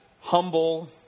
humble